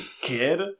kid